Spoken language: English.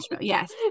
yes